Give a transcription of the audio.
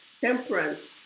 temperance